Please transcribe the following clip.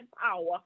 power